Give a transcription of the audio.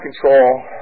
control